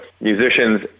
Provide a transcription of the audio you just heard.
musicians